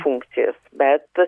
funkcijas bet